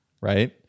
right